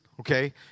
Okay